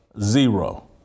zero